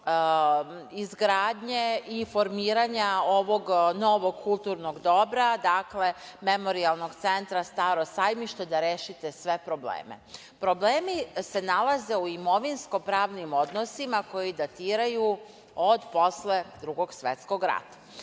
izgradnje i formiranja ovog novog kulturnog dobra, dakle, Memorijalnog centra „Staro sajmište“ da rešite sve probleme. Problemi se nalaze u imovinsko-pravnim odnosima koji datiraju od posle Drugog svetskog rata.